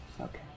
Okay